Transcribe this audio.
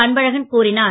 அன்பழகன் கூறினார்